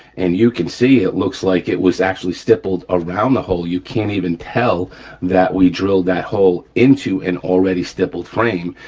and you can see it looks like it was actually stippled around the hole. you can't even tell that we drilled that hole into an already stippled frame.